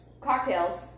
cocktails